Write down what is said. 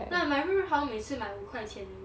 买日日红每次卖五块钱而已